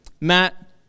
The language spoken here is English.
Matt